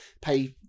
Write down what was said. pay